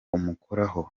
umukoraho